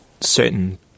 certain